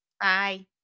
Bye